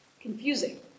Confusing